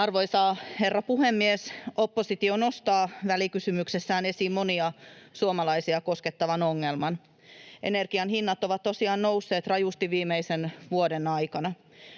Arvoisa herra puhemies! Oppositio nostaa välikysymyksessään esiin monia suomalaisia koskettavan ongelman. Energianhinnat ovat tosiaan nousseet rajusti viimeisen vuoden aikana.